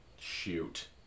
Shoot